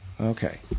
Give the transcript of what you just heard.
Okay